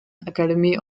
academy